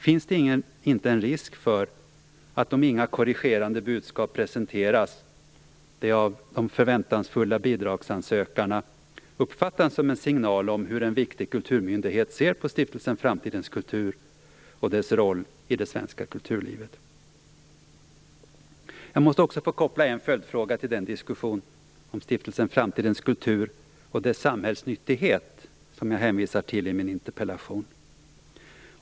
Finns det inte en risk för att, om inga korrigerande budskap presenteras, det av de förväntansfulla bidragssökarna uppfattas som en signal om hur en viktig kulturmyndighet ser på Stiftelsen Framtidens kultur och dess roll i det svenska kulturlivet? Jag måste också få koppla en följdfråga till den diskussion om Stiftelsen Framtidens kultur och dess samhällsnyttighet som jag hänvisar till i min interpellation.